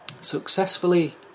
Successfully